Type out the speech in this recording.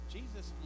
Jesus